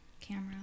camera